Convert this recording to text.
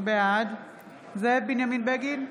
בעד זאב בנימין בגין,